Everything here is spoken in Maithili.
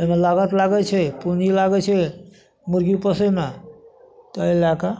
एहिमे लागत लागै छै पूँजी लागै छै मुर्गी पोस मे तऽ एहि लए कऽ